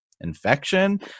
infection